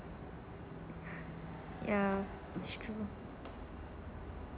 ya it's true